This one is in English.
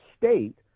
state